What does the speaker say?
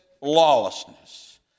lawlessness